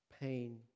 pain